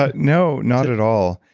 ah no, not at all.